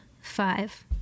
five